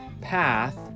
path